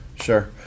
Sure